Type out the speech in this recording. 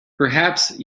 perhaps